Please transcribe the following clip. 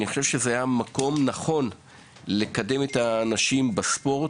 חושב שזה היה מקום נכון לקידום נשים בספורט.